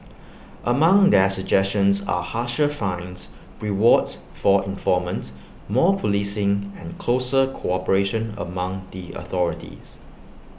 among their suggestions are harsher fines rewards for informants more policing and closer cooperation among the authorities